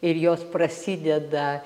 ir jos prasideda